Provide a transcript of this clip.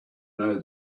know